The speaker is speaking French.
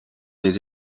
des